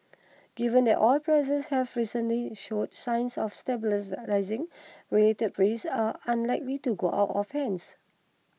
given that oil prices have recently showed signs of stabilise lising related risks are unlikely to go out of hands